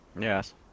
Yes